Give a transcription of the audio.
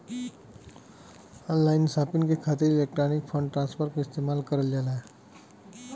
online shopping के खातिर electronic fund transfer क इस्तेमाल करल जाला